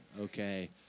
Okay